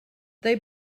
they